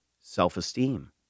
self-esteem